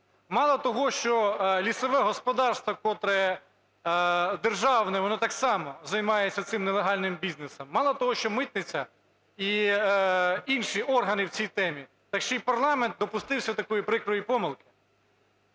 Мало того, що лісове господарство, котре державне, воно так само займається цим нелегальним бізнесом. Мало того, що митниця і інші органи в цій темі, так ще й парламент допустився такої прикрої помилки.